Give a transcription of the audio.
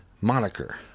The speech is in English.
moniker